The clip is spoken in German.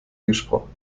gesprochen